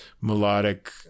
melodic